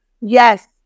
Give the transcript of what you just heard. Yes